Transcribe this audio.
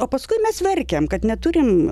o paskui mes verkiam kad neturim